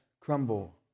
crumble